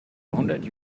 hundert